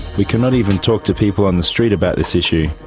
we cannot even talk to people on the street about this issue.